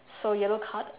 so yellow card